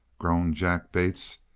groaned jack bates,